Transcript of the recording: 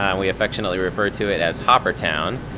um we affectionately referred to it as hopper town